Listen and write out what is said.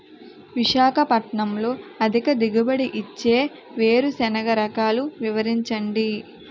విశాఖపట్నంలో అధిక దిగుబడి ఇచ్చే వేరుసెనగ రకాలు వివరించండి?